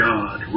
God